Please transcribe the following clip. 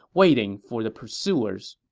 waiting for the pursuers.